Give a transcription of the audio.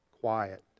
Quiet